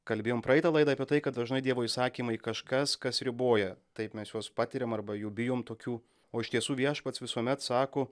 kalbėjom praeitą laidą apie tai kad dažnai dievo įsakymai kažkas kas riboja taip mes juos patiriam arba jų bijom tokių o iš tiesų viešpats visuomet sako